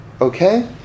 Okay